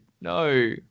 no